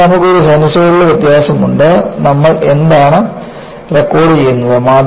അതിനാൽ നമുക്ക് ഒരു സിനുസോയ്ഡൽ വ്യത്യാസമുണ്ട് നമ്മൾ എന്താണ് റെക്കോർഡുചെയ്യുന്നത്